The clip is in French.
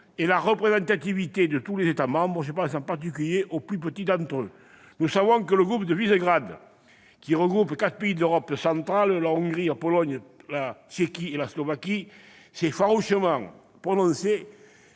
et la représentativité de tous les États membres. Je pense en particulier aux plus petits d'entre eux. Nous savons que le groupe de Visegrad, qui regroupe quatre pays d'Europe centrale- la Hongrie, la Pologne, la République tchèque et la Slovaquie -s'est farouchement prononcé